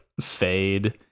fade